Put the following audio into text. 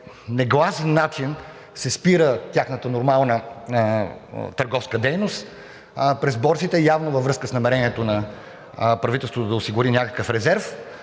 негласен начин се спира тяхната нормална търговска дейност през борсите – явно във връзка с намерението на правителството да осигури някакъв резерв.